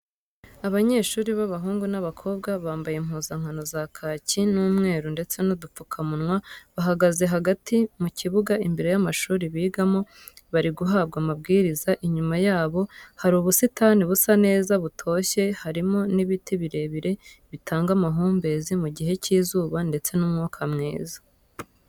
Abanyeshuri b'abahungu n'abakobwa bambaye impuzankano za kaki n'umweru ndetse n'udupfukamunwa, bahagaze hagati mu kibuga imbere y'amashuri bigamo bariguhabwa amabwiriza, inyuma yabo hari ubusitani busa neza butoshye harimo n'ibiti birebire bitanga amahumbezi mu gihe cy'izuba ndetse n'umwuka mwiza.